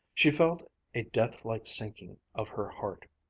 she felt a deathlike sinking of her heart.